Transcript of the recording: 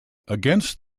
against